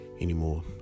anymore